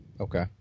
Okay